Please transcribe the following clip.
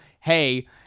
hey